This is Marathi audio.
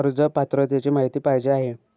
कर्ज पात्रतेची माहिती पाहिजे आहे?